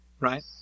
right